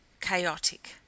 chaotic